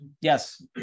yes